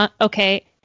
Okay